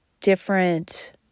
different